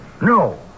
No